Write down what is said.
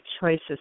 choices